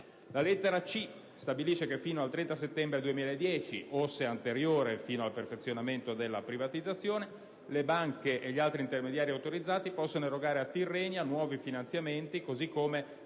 La lettera *c)* stabilisce che fino al 30 settembre 2010 o, se anteriore, fino al perfezionamento della privatizzazione, le banche e di altri intermediari autorizzati possano erogare a Tirrenia nuovi finanziamenti, così come